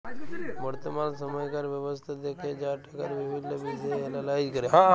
বর্তমাল সময়কার ব্যবস্থা দ্যাখে যারা টাকার বিভিল্ল্য বিষয় এলালাইজ ক্যরে